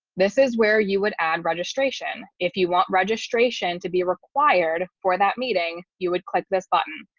this is where you would add registration. if you want registration to be required for that meeting, you would click this button,